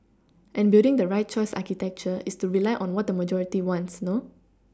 and building the right choice architecture is to rely on what the majority wants no